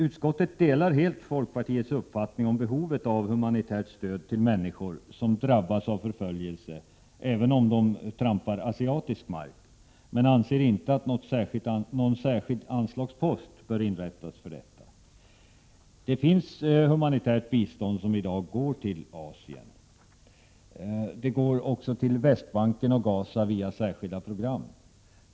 Utskottet delar helt folkpartiets uppfattning om behovet av humanitärt stöd till människor som drabbas av förföljelse, även på asiatisk mark, men anser inte att någon särskild anslagspost bör inrättas för detta. I dag går humanitärt bistånd till Asien och även till Västbanken och Gaza via särskilda program.